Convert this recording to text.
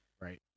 Right